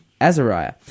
Azariah